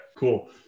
cool